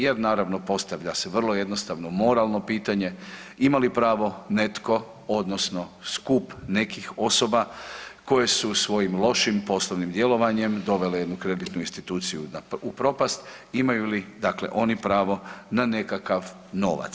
Jer naravno postavlja se vrlo jednostavno moralno pitanje, ima li pravo netko odnosno skup nekih osoba koje su svojim lošim poslovnim djelovanjem dovele jednu kreditnu instituciju u propast, imaju li oni pravo na nekakav novac?